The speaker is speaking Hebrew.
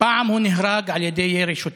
פעם הוא נהרג על ידי ירי שוטרים,